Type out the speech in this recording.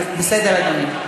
בסדר, אדוני.